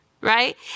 right